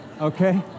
okay